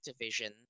Activision